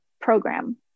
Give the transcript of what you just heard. program